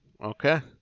Okay